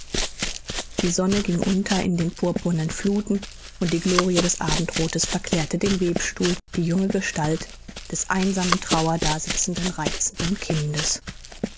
die sonne ging unter in den purpurnen fluthen und die glorie des abendrothes verklärte den webstuhl die junge gestalt des einsam in trauer dasitzenden reizenden kindes